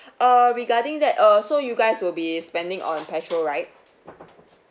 uh regarding that uh so you guys will be spending on petrol right